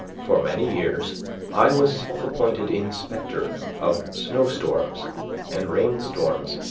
for many years i was self-appointed inspector of snow-storms and rain-storms,